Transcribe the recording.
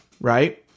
right